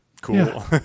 cool